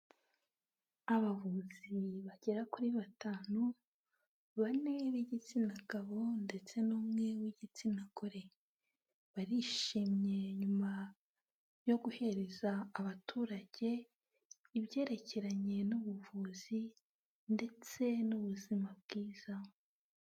Abavuzi bagera kuri batanu, bane b'igitsina gabo ndetse n'umwe w'igitsina gore, barishimye nyuma yo guhereza abaturage ibyerekeranye n'ubuvuzi ndetse n'ubuzima bwiza.